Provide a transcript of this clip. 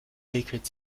räkelt